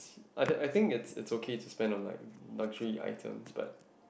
I I think it's it's okay to spend on like luxury items but